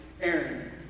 Aaron